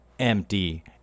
empty